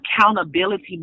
accountability